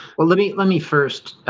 well, let me let me first